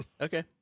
Okay